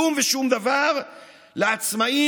כלום ושום דבר לעצמאים,